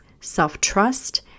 self-trust